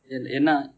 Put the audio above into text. eh என்ன:enna